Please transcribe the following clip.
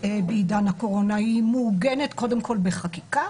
בעידן הקורונה כי היא מעוגנת קודם כל בחקיקה,